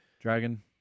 Dragon